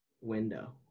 Window